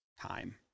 time